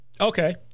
Okay